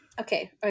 Okay